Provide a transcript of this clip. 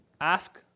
Ask